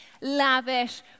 lavish